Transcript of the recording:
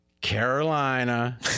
carolina